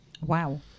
Wow